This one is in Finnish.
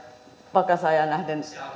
palkansaajaan nähden